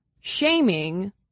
shaming